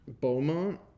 Beaumont